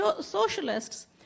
socialists